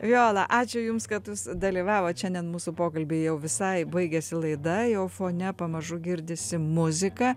viola ačiū jums kad jūs dalyvavot šiandien mūsų pokalby jau visai baigėsi laida jau fone pamažu girdisi muzika